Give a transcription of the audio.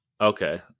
Okay